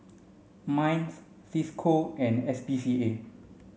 MINDS Cisco and S P C A